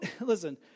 listen